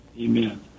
Amen